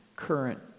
current